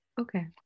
Okay